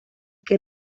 que